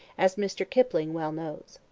as mr. kipling well knows.